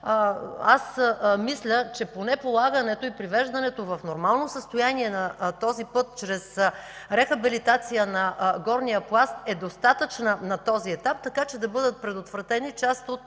Мисля, че поне полагането и привеждането в нормално състояние на този път с рехабилитация на горния пласт е достатъчно на този етап, за да бъдат предотвратени